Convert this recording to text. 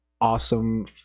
awesome